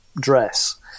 dress